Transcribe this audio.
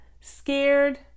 scared